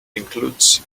includes